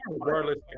regardless